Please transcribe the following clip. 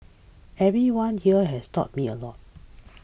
everyone here has taught me a lot